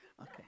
Okay